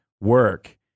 work